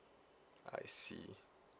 I see